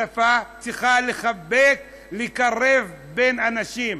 שפה צריכה לקרב בין אנשים,